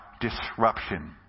disruption